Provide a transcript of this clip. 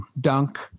dunk